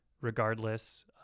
regardless